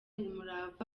umurava